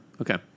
Okay